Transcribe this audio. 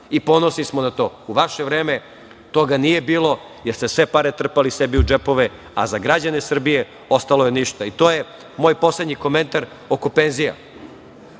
i ponosni smo na to. U vaše vreme toga nije bilo, jer ste sve pare trpali sebi u džepove, a za građane Srbije ostalo je ništa. To je moj poslednji komentar oko penzija.